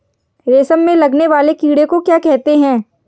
रेशम में लगने वाले कीड़े को क्या कहते हैं?